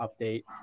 update